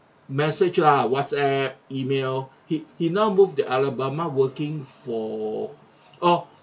message lah WhatsApp email he he now moved to alabama working for orh